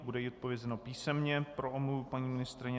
Bude jí odpovězeno písemně pro omluvu paní ministryně.